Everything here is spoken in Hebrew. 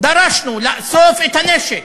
דרשנו לאסוף את הנשק.